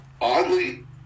oddly